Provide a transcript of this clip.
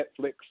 Netflix